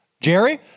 Jerry